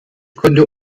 konnte